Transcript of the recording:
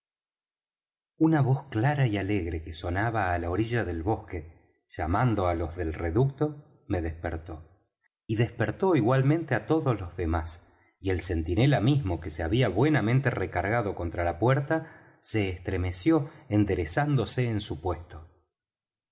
una voz clara y alegre que sonaba á la orilla del bosque llamando á los del reducto me despertó y despertó igualmente á todos los demás y el centinela mismo que se había buenamente recargado contra la puerta se estremeció enderezándose en su puesto